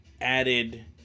added